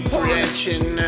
branching